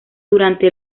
durante